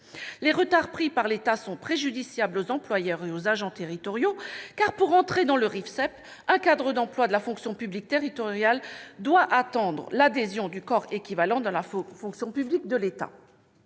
Les retards pris par l'État sont préjudiciables aux employeurs et aux agents territoriaux, car, pour rejoindre dans le RIFSEEP, un cadre d'emplois de la fonction publique territoriale doit attendre l'adhésion du corps équivalent dans la fonction publique de l'État.